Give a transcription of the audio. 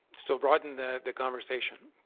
so broaden the the conversation.